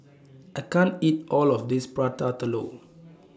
I can't eat All of This Prata Telur